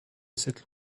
cette